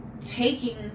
taking